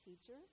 teacher